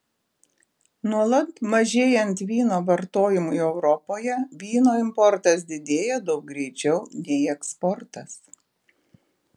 nuolat mažėjant vyno vartojimui europoje vyno importas didėja daug greičiau nei eksportas